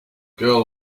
girl